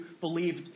believed